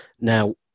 Now